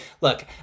look